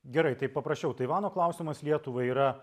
gerai tai paprašiau taivano klausimas lietuvai yra